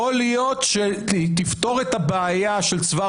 יכול להיות שתפתור את הבעיה של צוואר